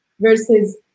versus